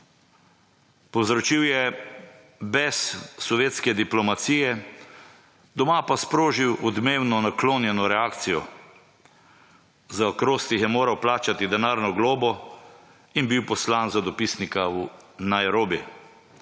Povzročil je bes sovjetske diplomacije, doma pa sprožil odmevno naklonjeno reakcijo. Za akrostih je moral plačati denarno globo in poslan za dopisnika v Nairobi.